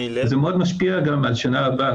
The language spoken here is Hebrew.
זה מאוד משפיע גם על שנה הבאה,